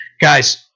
guys